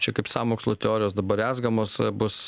čia kaip sąmokslo teorijos dabar rezgamos bus